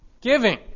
giving